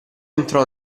entrò